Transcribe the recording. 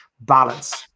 balance